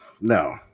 no